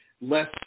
less